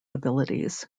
abilities